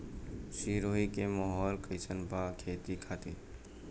सिरोही के माहौल कईसन बा खेती खातिर?